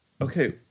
Okay